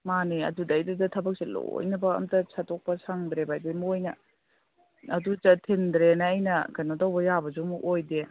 ꯃꯥꯅꯦ ꯑꯗꯨꯗꯩꯗꯨꯗ ꯊꯕꯛꯁꯦ ꯂꯣꯏꯅꯃꯛ ꯑꯝꯇ ꯁꯠꯇꯣꯛꯄ ꯁꯪꯗ꯭ꯔꯦꯕ ꯑꯗꯨ ꯃꯣꯏꯅ ꯑꯗꯨ ꯊꯤꯟꯗ꯭ꯔꯦꯅ ꯑꯩꯅ ꯀꯩꯅꯣ ꯇꯧꯕ ꯌꯥꯕꯁꯨ ꯑꯃꯨꯛ ꯑꯣꯏꯗꯦ